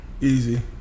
Easy